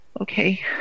Okay